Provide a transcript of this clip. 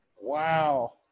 Wow